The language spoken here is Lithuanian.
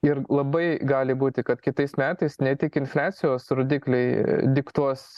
ir labai gali būti kad kitais metais ne tik infliacijos rodikliai diktuos